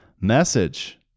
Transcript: message